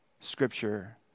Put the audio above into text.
Scripture